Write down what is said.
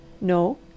No